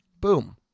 boom